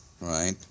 right